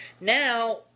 now